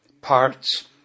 parts